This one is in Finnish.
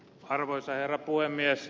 arvoisa herra puhemies